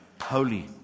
Holy